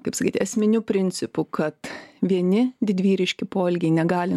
kaip sakyt esminiu principu kad vieni didvyriški poelgiai negali